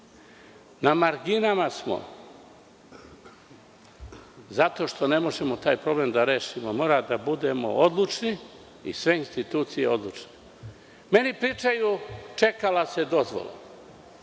Na marginama smo, zato što taj problem ne možemo da rešimo, moramo da budemo odlučni i sve institucije odlučne. Meni pričaju, čekala se dozvola,